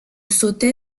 sautai